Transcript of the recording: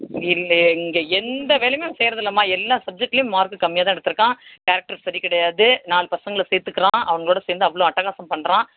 இல்லை இங்கே எந்த வேலையும் அவன் செய்வதில்லம்மா எல்லா சப்ஜெக்ட்லேயும் மார்க்கு கம்மியாக தான் எடுத்திருக்கான் கேரக்டர் சரி கிடையாது நாலு பசங்களை சேத்துக்கிறான் அவங்களோட சேர்ந்து அவ்வளோ அட்டகாசம் பண்ணுறான்